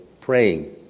praying